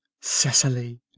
Cecily